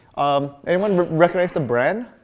um anyone recognize the brand?